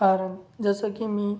कारण जसं की मी